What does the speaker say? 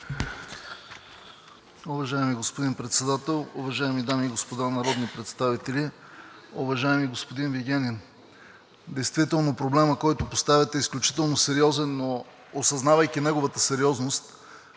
Уважаеми господин Председател, уважаеми дами и господа народни представители, уважаеми господин Вигенин! Действително проблемът, който поставяте, е изключително сериозен, но осъзнавайки неговата сериозност,